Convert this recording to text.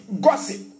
gossip